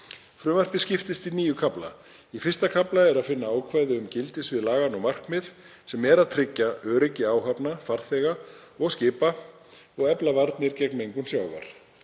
Frumvarpið skiptist í níu kafla. Í I. kafla er að finna ákvæði um gildissvið laganna og markmið, sem er að tryggja öryggi áhafna, farþega og skipa og efla varnir gegn mengun sjávar.